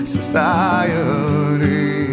Society